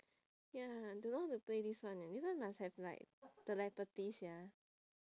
ya don't know how to play this one leh this one must have like telepathy sia